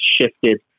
shifted